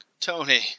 Tony